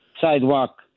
sidewalk